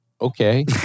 okay